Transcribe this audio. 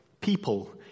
people